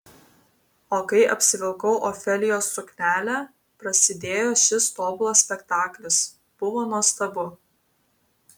o kai apsivilkau ofelijos suknelę prasidėjo šis tobulas spektaklis buvo nuostabu